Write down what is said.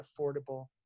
affordable